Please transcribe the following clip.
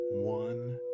one